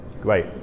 Great